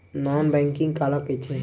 Non banking काला कइथे?